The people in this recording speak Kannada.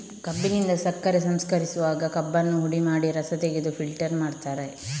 ಕಬ್ಬಿನಿಂದ ಸಕ್ಕರೆ ಸಂಸ್ಕರಿಸುವಾಗ ಕಬ್ಬನ್ನ ಹುಡಿ ಮಾಡಿ ರಸ ತೆಗೆದು ಫಿಲ್ಟರ್ ಮಾಡ್ತಾರೆ